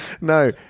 No